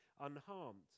unharmed